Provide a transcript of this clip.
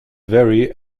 vary